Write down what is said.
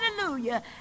Hallelujah